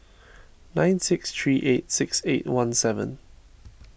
nine six three eight six eight one seven